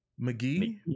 McGee